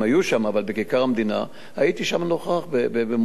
אבל בכיכר-המדינה הייתי נוכח במוצאי-שבת,